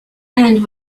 end